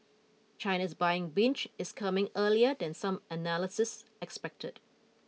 China's buying binge is coming earlier than some analysts expected